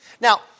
Now